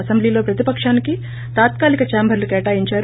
అసెంబ్లీలో ప్రతిపకానికి తాత్కాలిక ఛాంబర్లు కేటాయించారు